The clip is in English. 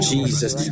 Jesus